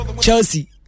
Chelsea